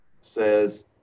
says